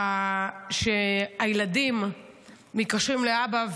שהילדים מתקשרים לאבא,